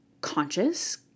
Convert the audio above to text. conscious